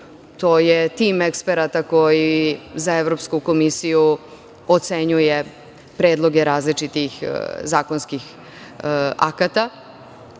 to je tim eksperata koji za Evropsku komisiju ocenjuje predloge različitih zakonskih akata,